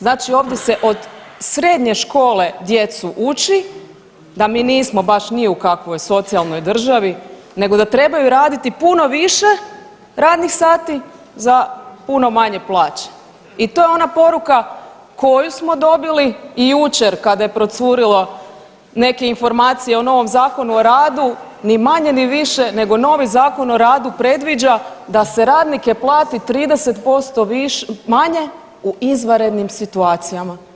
Znači ovdje se od srednje škole djecu uči da mi nismo baš ni u kakvoj socijalnoj državi nego da trebaju raditi puno više radnih sati za puno manje plaće i to je ona poruka koju smo dobili jučer kada je procurilo neke informacije o novom Zakonu o radu ni manje ni više nego novi Zakon o radu predviđa da se radnike plati 30% manje u izvanrednim situacijama.